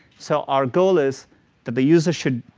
so our goal is that the user should